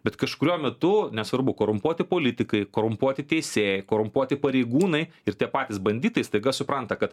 bet kažkuriuo metu nesvarbu korumpuoti politikai korumpuoti teisėjai korumpuoti pareigūnai ir tie patys banditai staiga supranta kad